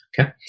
Okay